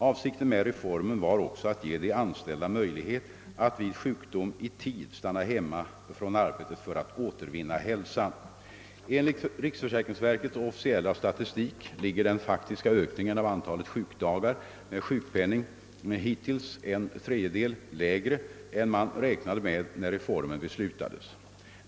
Avsikten med reformen var också att ge de anställda möjligheter att vid sjukdom i tid stanna hemma från arbetet för att återvinna hälsan. Nr 42 125 ning hittills en tredjedel lägre än man räknade med när reformen beslutades.